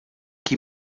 qui